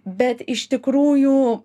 bet iš tikrųjų